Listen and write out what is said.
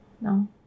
No